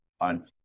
on